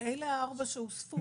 אלה הארבע שהוספו.